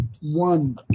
One